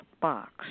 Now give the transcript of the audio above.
box